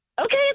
Okay